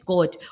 God